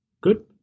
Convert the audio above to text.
Good